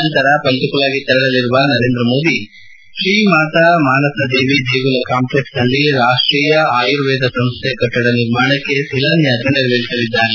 ನಂತರ ಪಂಚಕುಲಾಗೆ ತೆರಳಲಿರುವ ನರೇಂದ್ರ ಮೋದಿ ಶ್ರೀ ಮಾತಾ ಮಾನಸಾ ದೇವಿ ದೇಗುಲ ಕಾಂಪ್ಲೆಕ್ಸ್ನಲ್ಲಿ ರಾಷ್ಟೀಯ ಆಯುರ್ವೇದ ಸಂಸ್ಥೆ ಕಟ್ಟಡ ನಿರ್ಮಾಣಕ್ಕೆ ಶಿಲಾನ್ಯಾಸ ನೆರವೇರಿಸಲಿದ್ದಾರೆ